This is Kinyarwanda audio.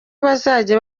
bazajya